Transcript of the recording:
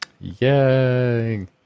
Yay